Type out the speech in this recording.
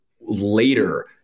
later